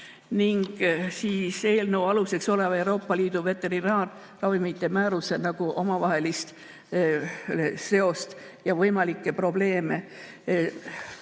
müügi ja eelnõu aluseks oleva Euroopa Liidu veterinaarravimite määruse omavahelist seost ja võimalikke probleeme.